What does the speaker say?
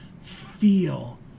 feel